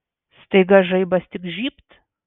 staiga žaibas tik žybt